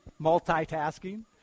Multitasking